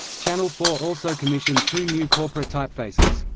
channel four also commissioned two new corporate typefaces,